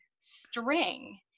string